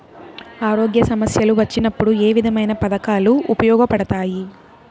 ఆరోగ్య సమస్యలు వచ్చినప్పుడు ఏ విధమైన పథకాలు ఉపయోగపడతాయి